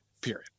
period